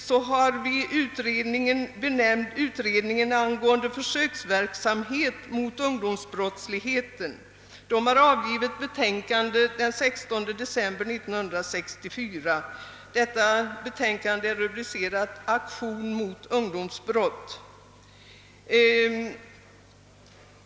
Så har vi den utredning som är benämnd utredningen angående försöksverksamhet mot ungdomsbrottslighet. Den har avgivit betänkande den 16 december 1964. Detta betänkande är rubricerat »Aktion mot ungdomsbrott».